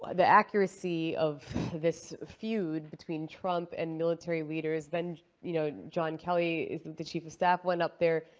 like the accuracy of this feud between trump and military leaders, then, you know, john kelly the chief-of-staff went up there.